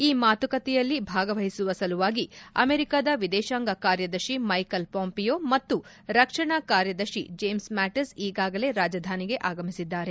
ಈ ಮಾತುಕತೆಯಲ್ಲಿ ಭಾಗವಹಿಸುವ ಸಲುವಾಗಿ ಅಮೆರಿಕಾದ ವಿದೇಶಾಂಗ ಕಾರ್ಯದರ್ಶಿ ಮ್ಯೆಕೆಲ್ ಪೋಂಪಿಯೋ ಮತ್ತು ರಕ್ಷಣಾ ಕಾರ್ಯದರ್ಶಿ ಜೇಮ್ಸ್ ಮಾಟಿಸ್ ಈಗಾಗಲೇ ರಾಜಧಾನಿಗೆ ಆಗಮಿಸಿದ್ದಾರೆ